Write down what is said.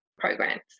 programs